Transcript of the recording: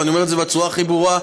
ואני אומר את זה בצורה הכי ברורה,